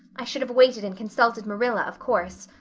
i should have waited and consulted marilla, of course.